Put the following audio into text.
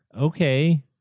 okay